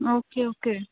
okay okay